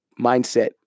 Mindset